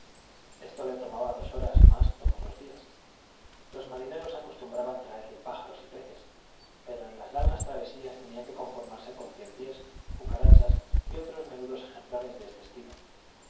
esto le tomaba dos horas más todos los días los marineros acostumbraban traerle pájaros y peces pero en las largas travesías tenía que conformarse con ciempiés cucarachas y otros menudos ejemplares de este estilo